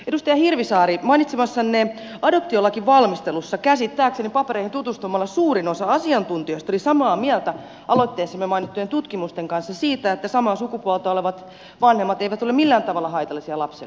edustaja hirvisaari mainitsemassanne adoptiolakivalmistelussa käsittääkseni papereihin tutustumalla suurin osa asiantuntijoista oli samaa mieltä aloitteessamme mainittujen tutkimusten kanssa siitä että samaa sukupuolta olevat vanhemmat eivät ole millään tavalla haitallisia lapselle